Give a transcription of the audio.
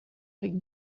avec